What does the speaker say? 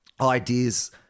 ideas